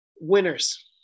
winners